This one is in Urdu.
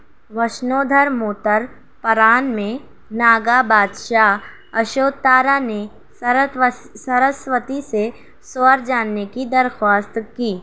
وشنودھرموتر پران میں ناگا بادشاہ اشوتارا نے سرسوتی سے سور جاننے کی درخواست کی